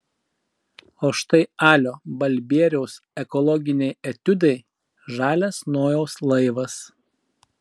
o štai alio balbieriaus ekologiniai etiudai žalias nojaus laivas